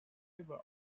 favor